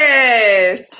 Yes